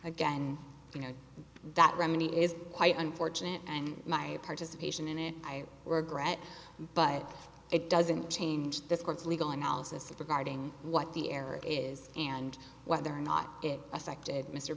again you know that remedy is quite unfortunate and my participation in it i regret but it doesn't change this court's legal analysis of regarding what the error is and whether or not it affected mr